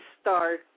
star